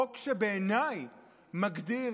זהו חוק שבעיניי מגדיר,